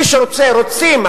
רוצים,